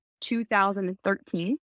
2013